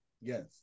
Yes